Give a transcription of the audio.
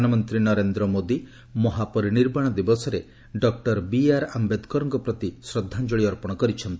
ପ୍ରଧାନମନ୍ତ୍ରୀ ନରେନ୍ଦ୍ର ମୋଦି ମହାପରିନିର୍ବାଣ ଦିବସରେ ଡକ୍କର ବିଆର୍ ଆମ୍ଭେଦକର୍ଙ୍କ ପ୍ରତି ଶ୍ରଦ୍ଧାଞ୍ଚଳି ଅର୍ପଣ କରିଛନ୍ତି